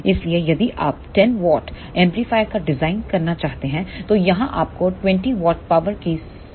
इसलिए यदि आप 10 W एम्पलीफायर का डिजाइन करना चाहते हैं तो यहां आपको 20W पावर की सप्लाई करने की आवश्यकता है